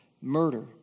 Murder